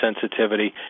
sensitivity